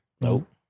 Nope